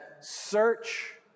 search